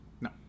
No